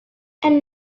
and